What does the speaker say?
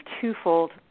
twofold